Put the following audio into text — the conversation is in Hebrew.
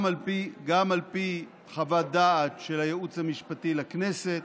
גם על פי חוות דעת של הייעוץ המשפטי לכנסת.